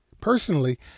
Personally